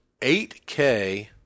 8K